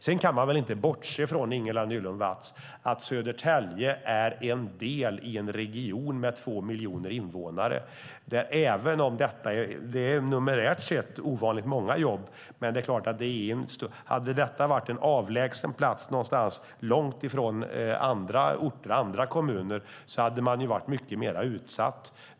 Sedan kan man väl inte bortse från, Ingela Nylund Watz, att Södertälje är en del i en region med två miljoner invånare. Numerärt sett är detta ovanligt många jobb, men hade det varit en avlägsen plats någonstans långt ifrån andra orter och andra kommuner hade man varit mycket mer utsatt.